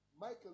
Michael